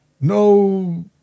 No